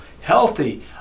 healthy